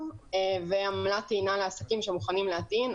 ועמלת טעינה לעסקים שמוכנים להטעין,